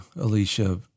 Alicia